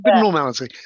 normality